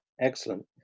excellent